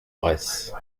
bresse